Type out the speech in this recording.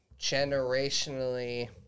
generationally